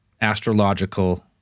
astrological